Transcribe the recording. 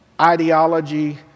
ideology